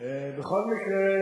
בכל מקרה,